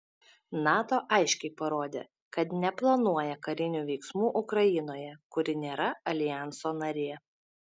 nato aiškiai parodė kad neplanuoja karinių veiksmų ukrainoje kuri nėra aljanso narė